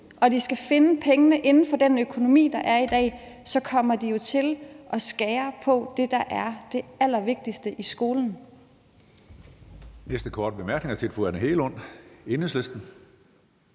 og de skal finde pengene inden for den økonomi, der er i dag, så kommer de jo til at skære ned på det, der er det allervigtigste i skolen.